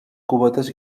cubetes